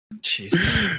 Jesus